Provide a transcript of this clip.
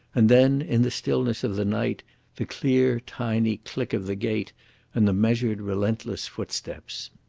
and then in the stillness of the night the clear, tiny click of the gate and the measured, relentless footsteps.